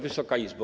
Wysoka Izbo!